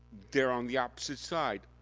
they're on the opposite side.